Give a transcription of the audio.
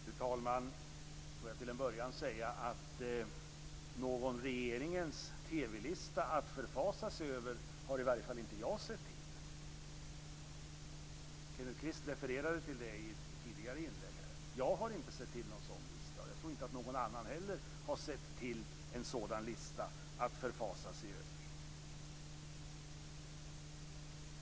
Fru talman! Låt mig till en början säga att jag inte har sett till någon TV-lista från regeringen att förfasa sig över. Kenneth Kvist refererade till det i ett tidigare inlägg. Jag har inte sett till någon sådan lista, och jag tror inte att någon annan heller har sett till en sådan lista att förfasa sig över.